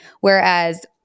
Whereas